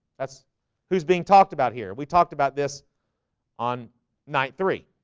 that's who's being talked about here. we talked about this on ninety three